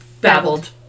babbled